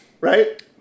right